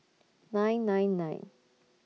nine nine nine